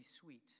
sweet